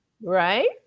right